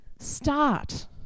Start